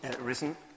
risen